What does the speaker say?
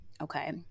okay